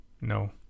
No